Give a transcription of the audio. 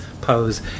pose